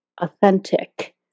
authentic